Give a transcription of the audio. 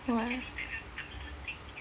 !wah!